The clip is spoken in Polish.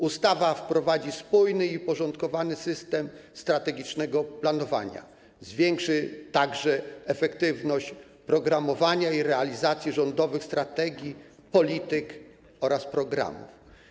Ustawa wprowadzi spójny i uporządkowany system strategicznego planowania, zwiększy także efektywność programowania i realizacji rządowych strategii, polityk oraz programów.